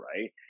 right